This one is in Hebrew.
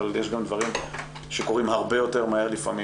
אבל יש גם דברים שקורים הרבה יותר מהר לפעמים